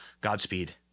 Godspeed